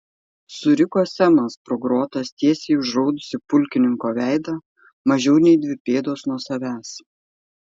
suriko semas pro grotas tiesiai į užraudusį pulkininko veidą mažiau nei dvi pėdos nuo savęs